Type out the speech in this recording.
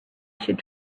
should